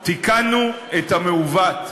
תיקנו את המעוות,